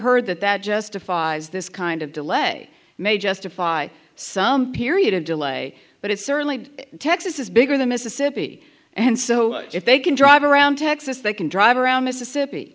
heard that that justifies this kind of delay may justify some period of delay but it's certainly texas is bigger than mississippi and so if they can drive around texas they can drive around mississippi